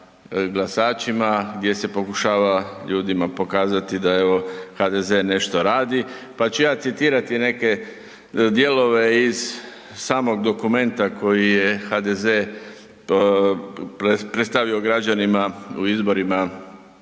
glasačima gdje se pokušava ljudima pokazati da evo HDZ nešto radi, pa ću ja citirati neke dijelove iz samog dokumenta koji je HDZ predstavio građanima u izborima